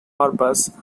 purpose